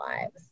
lives